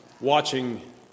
watching